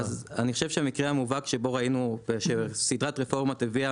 אז אני חושב שהמקרה המובהק שבו ראינו שבו שסדרת רפורמות הביאה